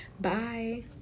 bye